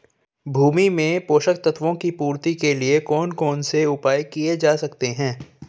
भूमि में पोषक तत्वों की पूर्ति के लिए कौन कौन से उपाय किए जा सकते हैं?